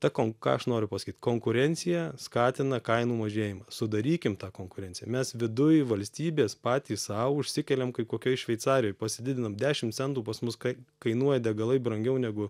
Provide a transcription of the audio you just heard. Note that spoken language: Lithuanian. ta kon ką aš noriu pasakyt konkurencija skatina kainų mažėjimą sudarykim tą konkurenciją mes viduj valstybės patys sau užsikeliam kaip kokioj šveicarijoj pasididinam dešim centų pas mus kai kainuoja degalai brangiau negu